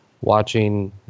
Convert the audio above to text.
watching